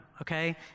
okay